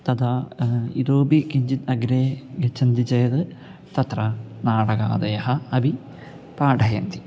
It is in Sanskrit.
तथा इतोपि किञ्चित् अग्रे गच्छन्ति चेत् तत्र नाटगकादयः अपि पाठयन्ति